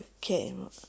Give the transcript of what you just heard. came